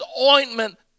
ointment